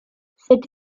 cette